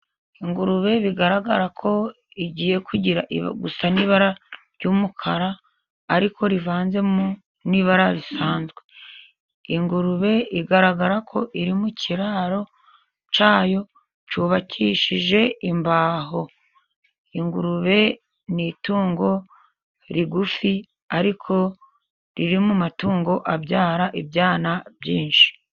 Ingurube bigaragara ko igiye kugira, gusa n'ibara ry'umukara ariko rivanzemo n'ibara risanzwe. Ingurube igaragara ko iri mu kiraro cyayo cyubakishijwe imbaho. Ingurube ni itungo rigufi, ariko riri mu matungo abyara ibyana byinshi.